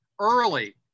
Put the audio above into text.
early